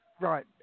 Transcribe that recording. Right